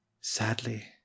sadly